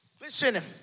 Listen